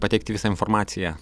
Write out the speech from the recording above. pateikti visą informaciją